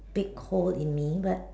big hole in me but